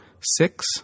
six